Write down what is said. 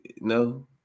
no